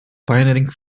pioneering